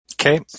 Okay